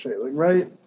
Right